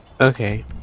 Okay